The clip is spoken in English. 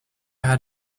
had